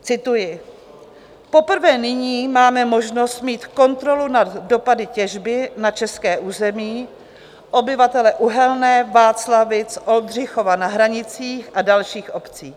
Cituji: Poprvé nyní máme možnost mít kontrolu nad dopady těžby na české území, obyvatele Uhelné, Václavic, Oldřichova na Hranicích a dalších obcí.